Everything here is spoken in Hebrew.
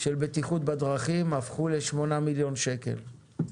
של בטיחות בדרכים, הפכו לשמונה מיליון שקל.